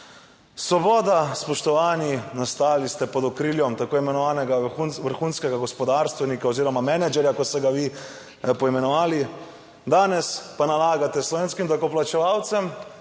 Svoboda, spoštovani, nastali ste pod okriljem tako imenovanega vrhunskega gospodarstvenika oziroma menedžerja, kot ste ga vi poimenovali. Danes pa nalagate slovenskim davkoplačevalcem